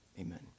Amen